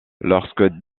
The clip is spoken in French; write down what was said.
lorsque